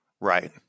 Right